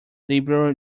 liberal